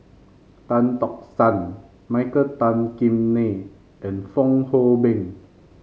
Tan Tock San Michael Tan Kim Nei and Fong Hoe Beng